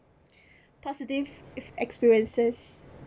positive experiences